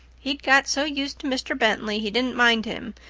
he'd got so used to mr. bentley he didn't mind him,